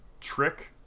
trick